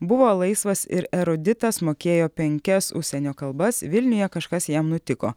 buvo laisvas ir eruditas mokėjo penkias užsienio kalbas vilniuje kažkas jam nutiko